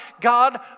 God